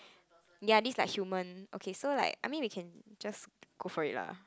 ya this like human okay so like I mean we can like just go for it lah